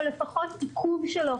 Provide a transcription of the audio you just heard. או לפחות עיכוב שלו,